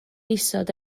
isod